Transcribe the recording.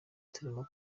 turimo